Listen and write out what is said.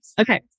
Okay